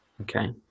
Okay